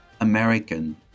American